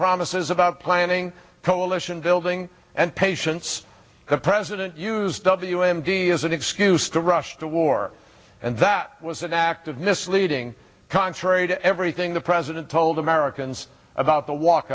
promises about planning coalition building and patience the president used wm d as an excuse to rush to war and that was an act of misleading contrary to everything the president told americans about the walk